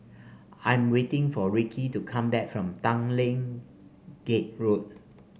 I'm waiting for Rickey to come back from Tanglin Gate Road